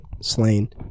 slain